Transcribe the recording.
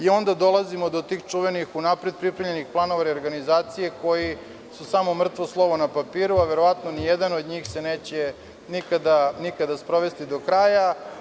Onda dolazimo do tih čuvenih, unapred pripremljenih planova reorganizacije koji su samo mrtvo slovo na papiru, verovatno ni jedan od njih se neće nikada sprovesti do kraja.